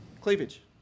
Cleavage